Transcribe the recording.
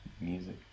music